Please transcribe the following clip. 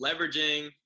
leveraging